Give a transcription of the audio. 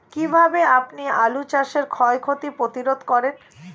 কীভাবে আপনি আলু চাষের ক্ষয় ক্ষতি প্রতিরোধ করেন?